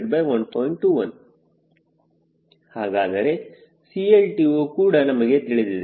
21 ಹಾಗಾದರೆ CLTO ಕೂಡ ನಮಗೆ ತಿಳಿದಿದೆ